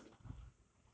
me ah me